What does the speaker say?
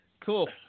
Cool